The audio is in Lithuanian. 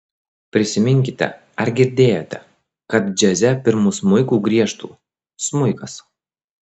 prisiminkite ar girdėjote kad džiaze pirmu smuiku griežtų smuikas